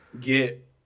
get